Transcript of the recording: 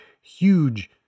huge